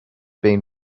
been